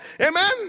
Amen